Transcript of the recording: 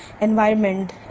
environment